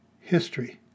history